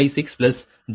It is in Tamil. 556 j 1